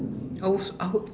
I w~ s~ out